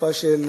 לתקופה של